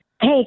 Hey